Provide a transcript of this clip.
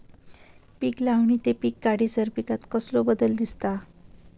पीक लावणी ते पीक काढीसर पिकांत कसलो बदल दिसता?